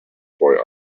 boy